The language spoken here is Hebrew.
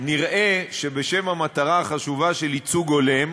נראה שבשם המטרה החשובה של ייצוג הולם,